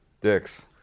dicks